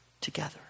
together